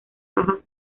bajas